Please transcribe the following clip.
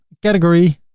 category,